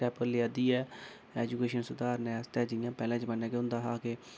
step लैआ दी ऐ एजुकेशन सधारने आस्तै जि'यां पैह्ले जमान्नै केह् होंदा हा कि